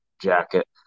jacket